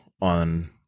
on